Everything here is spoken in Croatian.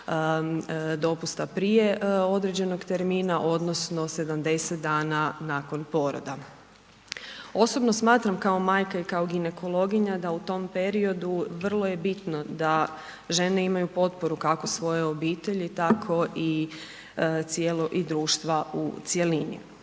dopusta prije određenog termina odnosno 70 dana nakon poroda. Osobno smatram kao majka i kao ginekologinja da u tom periodu vrlo je bitno da žene imaju potporu kako svoje obitelji, tako i cijelog društva u cjelini.